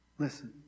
listen